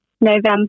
November